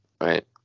Right